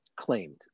claimed